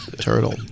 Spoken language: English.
Turtle